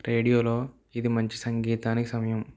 రేడియోలో ఇది మంచి సంగీతానికి సమయం